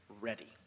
ready